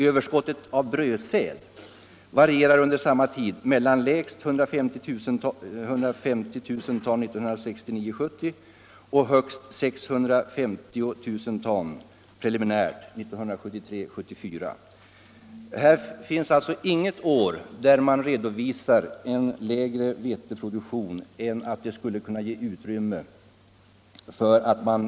Överskottet av brödsäd varierar under samma tid mellan lägst 150 000 ton 1969 74. Här finns alltså inget år med en lägre veteproduktion än att den skulle kunna ge utrymme för det vi begär.